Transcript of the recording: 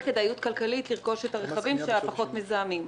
כדאיות כלכלית לרכוש את הרכבים הפחות מזהמים.